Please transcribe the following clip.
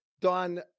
Don